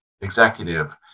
executive